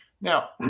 Now